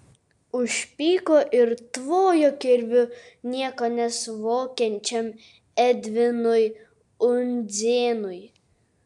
užpyko ir tvojo kirviu nieko nesuvokiančiam edvinui undzėnui